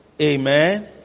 Amen